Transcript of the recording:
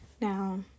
Now